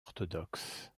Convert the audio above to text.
orthodoxe